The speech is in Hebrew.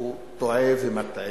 טועה ומטעה.